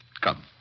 Come